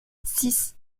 six